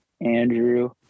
Andrew